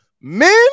men